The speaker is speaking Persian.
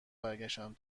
برگشتم